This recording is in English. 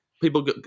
People